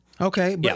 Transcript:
Okay